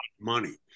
money